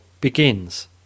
begins